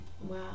wow